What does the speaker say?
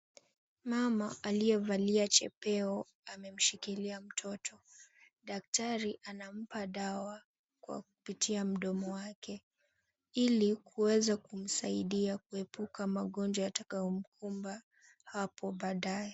Mama aliyevalia chepeo amemshikilia mtoto. Daktari anampa dawa kwa kupitia mdomo wake, ili kuweza kumsaidia kuepuka magonjwa yatakayomkumba hapo baadaye.